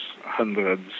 hundreds